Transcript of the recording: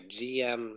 GM